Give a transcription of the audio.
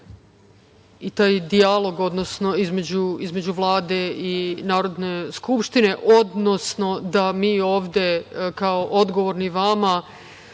i taj dijalog između Vlade i Narodne skupštine, odnosno da mi ovde kao odgovorni vama